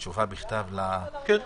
תשובה, בכתב לוועדה.